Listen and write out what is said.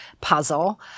puzzle